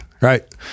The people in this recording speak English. right